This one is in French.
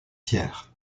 pierre